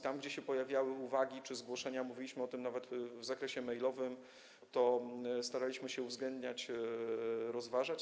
Tam, gdzie pojawiały się uwagi czy zgłoszenia - mówiliśmy o tym nawet w zakresie e-mailowym - staraliśmy się je uwzględniać, rozważać.